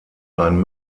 ein